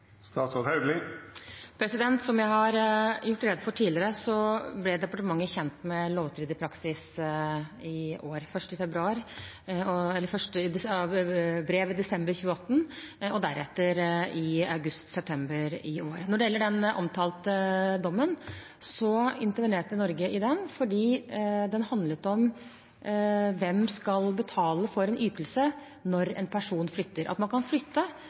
Som jeg har gjort rede for tidligere, ble departementet kjent med lovstridig praksis i brev av desember 2018, og deretter i august/september i år. Når det gjelder den omtalte dommen, intervenerte Norge i den fordi den handlet om hvem som skal betale for en ytelse når en person flytter. At man kan flytte,